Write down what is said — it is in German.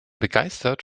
begeistert